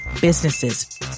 businesses